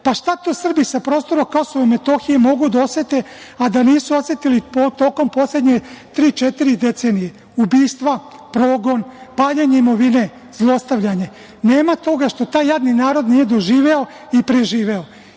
Šta to Srbi sa prostora KiM mogu da osete, a da nisu osetili tokom poslednje tri, četiri decenije? Ubistva, progon, paljenje imovine, zlostavljanje, nema toga što taj jadni narod nije doživeo i preživeo. Zato,